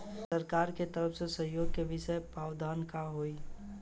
सरकार के तरफ से सहयोग के विशेष प्रावधान का हई?